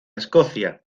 escocia